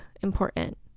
important